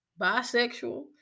bisexual